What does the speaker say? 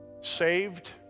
saved